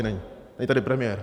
Není tady premiér.